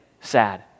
sad